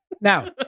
Now